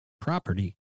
property